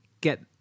get